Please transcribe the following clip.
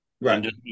right